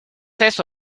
eso